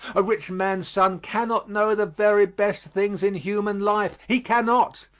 a rich man's son cannot know the very best things in human life. he cannot.